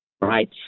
Right